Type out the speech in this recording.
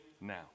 now